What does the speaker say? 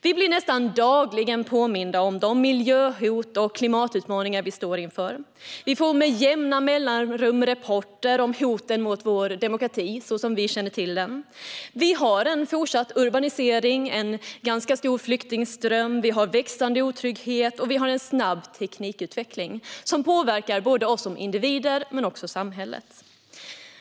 Vi blir nästan dagligen påminda om de miljöhot och klimatutmaningar vi står inför. Vi får med jämna mellanrum rapporter om hoten mot vår demokrati, så som vi känner till den. Vi har en fortsatt urbanisering, en ganska stor flyktingström, växande otrygghet och en snabb teknikutveckling som påverkar oss som individer men också samhället.